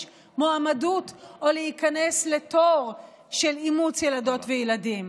מועמדות או להיכנס לתור של אימוץ ילדות וילדים.